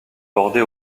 bordée